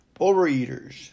Overeaters